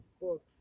books